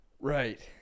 Right